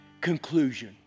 conclusion